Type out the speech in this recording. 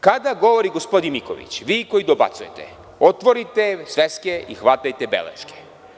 Kada govori gospodin Miković, vi koji dobacujete otvorite sveske i hvatajte beleške.